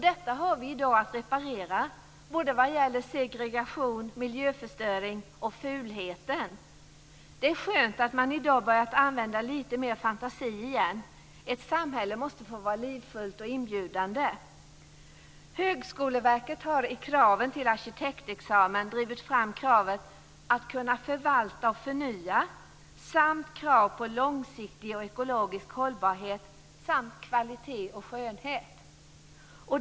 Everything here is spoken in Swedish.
Detta har vi i dag att reparera både vad gäller segregation, miljöförstöring och fulheten. Det är skönt att man i dag börjat använda lite mera fantasi igen. Ett samhälle måste få vara livfullt och inbjudande. Högskoleverket har i kraven för arkitektexamen drivit fram kravet att arkitekten ska kunna förvalta och förnya och åstadkomma långsiktig och ekologisk hållbarhet samt kvalitet och skönhet.